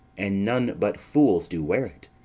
and none but fools do wear it.